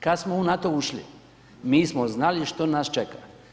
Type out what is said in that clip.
Kada smo u NATO ušli, mi smo znali što nas čeka.